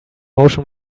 motion